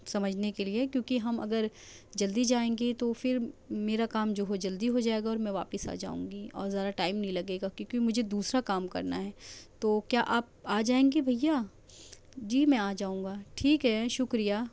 سمجھنے کے لیے کیوںکہ ہم اگر جلدی جائیں گے تو پھر میرا کام جو ہو جلدی ہو جائے گا اور میں واپس آ جاؤں گی اور زیادہ ٹائم نہیں لگے گا کیوںکہ مجھے دوسرا کام کرنا ہے تو کیا آپ آ جائیں گے بھیا جی میں آ جاؤں گا ٹھیک ہے شکریہ